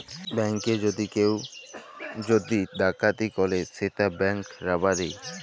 ব্যাংকে যদি কেউ যদি ডাকাতি ক্যরে সেট ব্যাংক রাবারি